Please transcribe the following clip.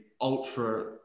ultra